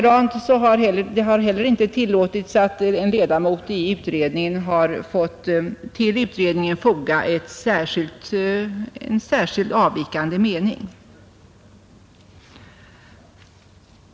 Det har inte heller tillåtits att en ledamot av utredningen fått vid dess betänkande foga en avvikande mening.